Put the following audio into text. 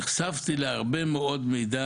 נחשפתי להרבה מאוד מידע,